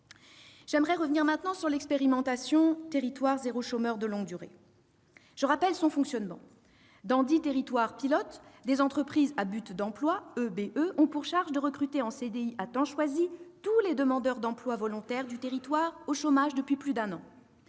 J'aimerais revenir maintenant sur l'expérimentation « Territoires zéro chômeur de longue durée ». Je rappelle son fonctionnement : dans dix territoires pilotes, des entreprises à but d'emploi (EBE) ont pour charge de recruter en contrat à durée indéterminée (CDI) à temps choisi tous les demandeurs d'emploi volontaires du territoire au chômage depuis plus d'un an.